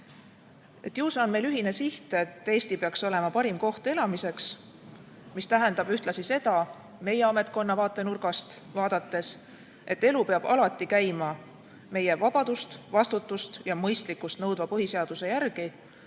Ju see on meil ühine siht, et Eesti peaks olema parim koht elamiseks, mis tähendab ühtlasi meie ametkonna vaatenurgast, et elu peab alati käima vabadust, vastutust ja mõistlikkust nõudva põhiseaduse järgi